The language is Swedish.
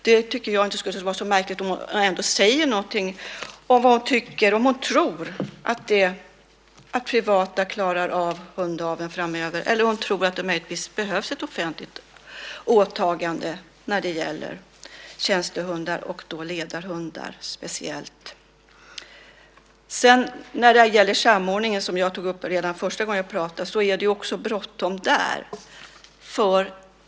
Det tycker jag inte skulle vara så märkligt om ministern ändå sade någonting om vad hon tycker och om hon tror att privata klarar av hundaveln framöver eller om hon tror att det möjligtvis behövs ett offentligt åtagande när det gäller tjänstehundar, speciellt ledarhundar. Samordningen är det också bråttom med.